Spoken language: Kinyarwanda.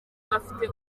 udafite